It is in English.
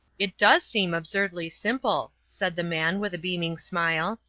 it does seem absurdly simple, said the man, with a beaming smile,